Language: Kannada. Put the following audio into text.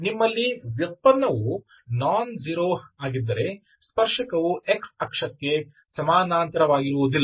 ನಿಮ್ಮಲ್ಲಿ ವ್ಯುತ್ಪನ್ನವು ನಾನ್ ಜೀರೋ ಆಗಿದ್ದರೆ ಸ್ಪರ್ಶಕವು x ಅಕ್ಷಕ್ಕೆ ಸಮಾನಾಂತರವಾಗಿರುವುದಿಲ್ಲ